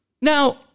Now